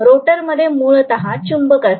rotor मध्ये मूलतः चुंबक असते